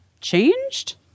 changed